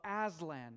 Aslan